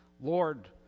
Lord